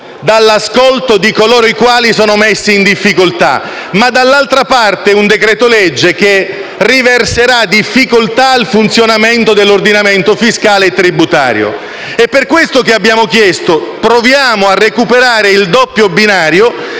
dall'ascolto di coloro i quali sono messi in difficoltà ma, d'altra parte, creerà difficoltà al funzionamento dell'ordinamento fiscale e tributario. È per questo che abbiamo chiesto di provare a recuperare il doppio binario,